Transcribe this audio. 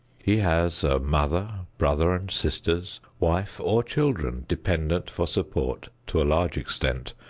he has a mother, brothers and sisters, wife or children, dependent for support to a large extent,